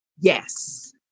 Yes